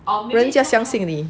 人家相信你